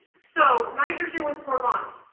so nitrogen with four bonds.